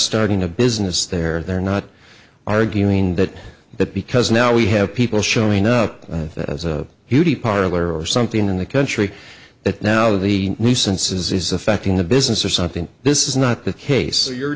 starting a business there they're not arguing that that because now we have people showing up as a beauty parlor or something in the country that now the new census is affecting the business or something this is not the case